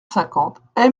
cinquante